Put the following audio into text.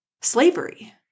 slavery